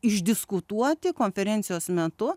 išdiskutuoti konferencijos metu